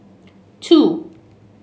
two